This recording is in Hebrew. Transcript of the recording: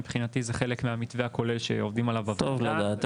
מבחינתי זה חלק מהמתווה הכולל שעובדים עליו --- טוב לדעת,